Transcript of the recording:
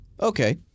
Okay